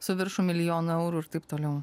su viršum milijonų eurų ir taip toliau